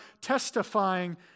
testifying